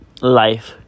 Life